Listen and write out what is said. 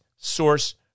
Source